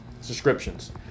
subscriptions